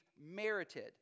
merited